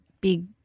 big